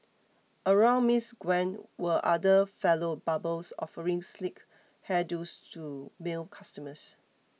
around Miss Gwen were other fellow barbers offering sleek hair do's to male customers